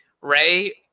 Ray